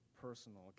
personal